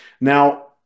Now